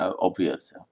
obvious